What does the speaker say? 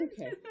okay